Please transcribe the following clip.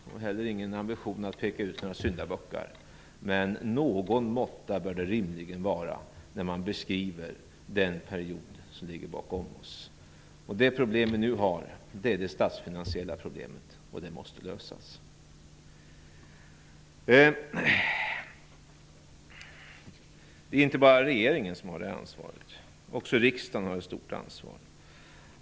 Jag har heller ingen ambition att peka ut några syndabockar, men någon måtta bör det rimligen vara när man beskriver den period som ligger bakom oss. Det problem vi nu har är det statsfinansiella problemet, och det måste lösas. Det är inte bara regeringen som har detta ansvar. Också riksdagen har ett stort ansvar.